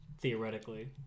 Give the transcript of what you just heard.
theoretically